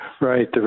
Right